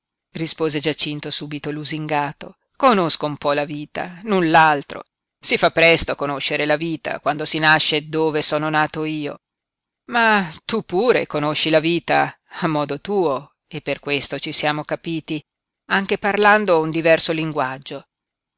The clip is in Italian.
rispose giacinto subito lusingato conosco un po la vita null'altro si fa presto a conoscere la vita quando si nasce dove sono nato io ma tu pure conosci la vita a modo tuo e per questo ci siamo capiti anche parlando un diverso linguaggio